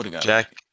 Jack